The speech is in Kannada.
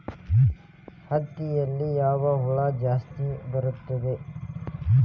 ಹತ್ತಿಯಲ್ಲಿ ಯಾವ ಹುಳ ಜಾಸ್ತಿ ಬರುತ್ತದೆ?